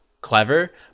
clever